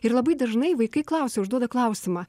ir labai dažnai vaikai klausia užduoda klausimą